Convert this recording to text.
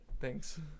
Thanks